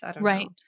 Right